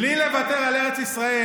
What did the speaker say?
בלי לוותר על ארץ ישראל,